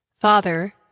Father